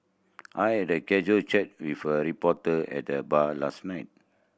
I had a casual chat with a reporter at the bar last night